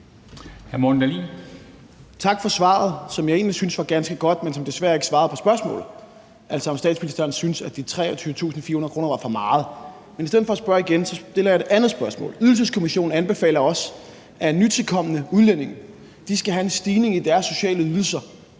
Tak for svaret, som jeg egentlig synes var ganske godt, men som desværre ikke var et svar på spørgsmålet om, hvorvidt statsministeren synes, at de 23.400 kr. er for meget. I stedet for at spørge igen vil jeg stille et andet spørgsmål. Ydelseskommissionen anbefaler også, at nytilkomne udlændinge skal have en stigning i deres sociale ydelser